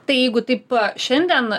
tai jeigu taip pa šiandien